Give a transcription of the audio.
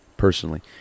Personally